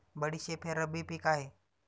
बडीशेप हे रब्बी पिक आहे